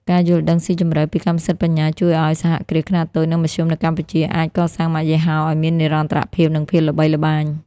ការយល់ដឹងស៊ីជម្រៅពីកម្មសិទ្ធិបញ្ញា ជួយឱ្យសហគ្រាសខ្នាតតូច និងមធ្យមនៅកម្ពុជា អាចកសាងម៉ាកយីហោឱ្យមាននិរន្តរភាព និងភាពល្បីល្បាញ។